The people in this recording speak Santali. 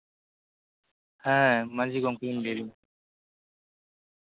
ᱦᱮᱸ ᱢᱟᱹᱡᱷᱤ ᱜᱚᱢᱠᱮᱧ ᱞᱟᱹᱭᱫᱟ